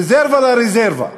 רזרבה לרזרבה.